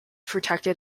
protected